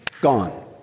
gone